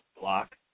Block